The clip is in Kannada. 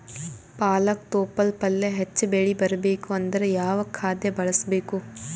ಪಾಲಕ ತೊಪಲ ಪಲ್ಯ ಹೆಚ್ಚ ಬೆಳಿ ಬರಬೇಕು ಅಂದರ ಯಾವ ಖಾದ್ಯ ಬಳಸಬೇಕು?